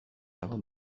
dago